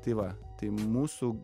tai va tai mūsų